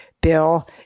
bill